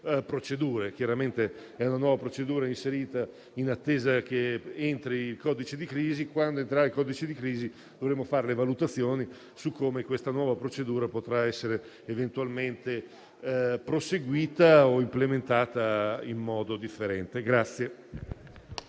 procedure. Chiaramente, questa è una nuova procedura inserita in attesa che entri in vigore il codice di crisi. Quando entrerà in vigore il codice di crisi, dovremo fare le valutazioni su come la nuova procedura potrà essere eventualmente proseguita o implementata in modo differente.